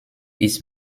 ist